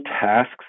tasks